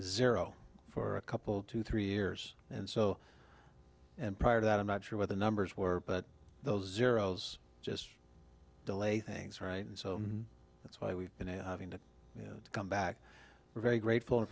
zero for a couple to three years and so and prior to that i'm not sure what the numbers were but those zeros just delay things right and so that's why we've been having to come back we're very grateful a